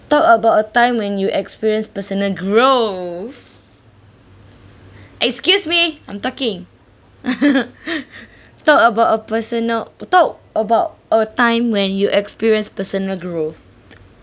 talk about a time when you experience personal growth excuse me I'm talking talk about a personal talk about a time when you experience personal growth